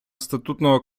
статутного